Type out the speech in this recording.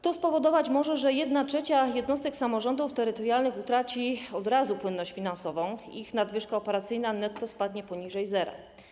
To spowodować może, że 1/3 jednostek samorządu terytorialnego utraci od razu płynność finansową, ich nadwyżka operacyjna netto spadnie poniżej zera.